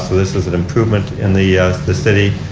this is an improvement in the the city.